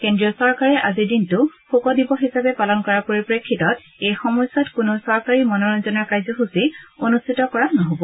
কেন্দ্ৰীয় চৰকাৰে আজিৰ দিনটো শোক দিৱস হিচাপে পালন কৰাৰ পৰিপ্ৰেক্ষিতত এই সময়ছোৱাত কোনো চৰকাৰী মনোৰঞ্জনৰ কাৰ্যসূচী অনুষ্ঠিত কৰা নহব